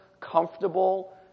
comfortable